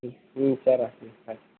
ம் ம் சேர்டா ம் பை